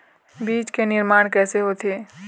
बीज के निर्माण कैसे होथे?